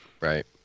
right